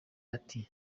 ati